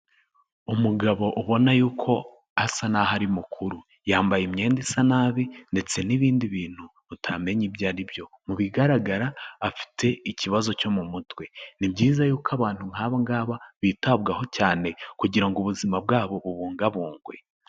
Umugabo ubona y'uko asa n'aho ari mukuru. Yambaye imyenda isa nabi ndetse n'ibindi bintu utamenya ibyo ari byo, mu bigaragara afite ikibazo cyo mu mutwe. Ni byiza y'uko abantu nk'aba ng'aba bitabwaho cyane, kugira ngo ubuzima bwabo bubungabungwe.